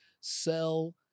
sell